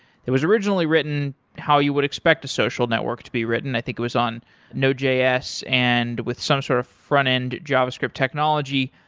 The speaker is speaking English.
it was originally written how you would expect a social network to be written. i think it was on node js and with some sort of frontend javascript technology,